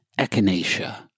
echinacea